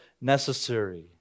necessary